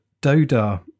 DODA